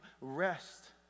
rest